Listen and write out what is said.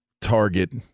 target